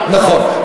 נכון.